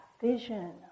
vision